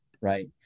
right